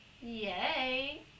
yay